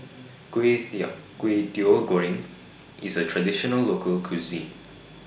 Kway Kway Teow Goreng IS A Traditional Local Cuisine